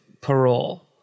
parole